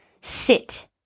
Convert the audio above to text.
sit